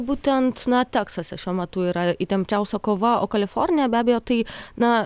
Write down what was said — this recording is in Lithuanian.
būtent na teksase šiuo metu yra įtempčiausia kova o kalifornija be abejo tai na